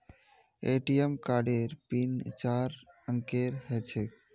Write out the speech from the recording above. ATM कार्डेर PIN चार अंकेर ह छेक